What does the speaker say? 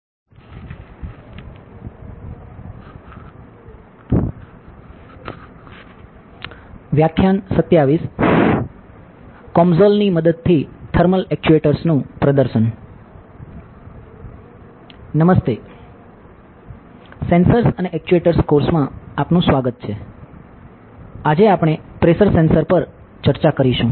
હાય sensors અને actuators કોર્સમાં આપનું સ્વાગત છે આજે આપણે પ્રેશર સેન્સર પર ચર્ચા કરીશું